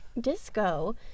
Disco